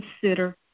consider